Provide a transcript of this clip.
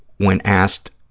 when asked,